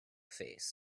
face